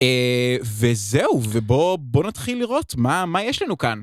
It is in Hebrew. אה וזהו, ובוא... בוא נתחיל לראות מה יש לנו כאן.